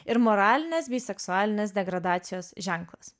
ir moralinės bei seksualinės degradacijos ženklas